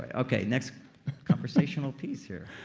but okay, next conversational piece here